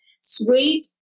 Sweet